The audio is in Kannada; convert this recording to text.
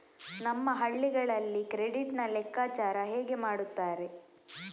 ನಮ್ಮ ಹಳ್ಳಿಗಳಲ್ಲಿ ಕ್ರೆಡಿಟ್ ನ ಲೆಕ್ಕಾಚಾರ ಹೇಗೆ ಮಾಡುತ್ತಾರೆ?